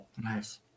Nice